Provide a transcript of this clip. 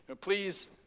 Please